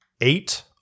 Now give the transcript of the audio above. Eight